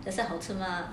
that's why 好吃 mah